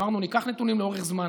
אמרנו: ניקח נתונים לאורך זמן,